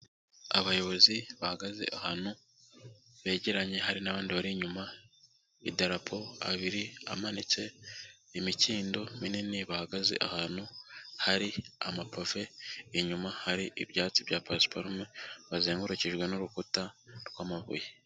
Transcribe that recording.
Abayobozi bahagaze ahantu begeranye hari n'abandi bari inyuma, idarapo abiri amanitse, imikindo minini, bahagaze ahantu hari amapave, inyuma hari ibyatsi bya pasiparume hazengurukijwe n'urukuta rw'amabuye.